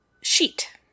sheet